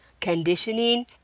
conditioning